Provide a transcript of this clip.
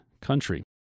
country